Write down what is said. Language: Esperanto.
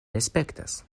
respektas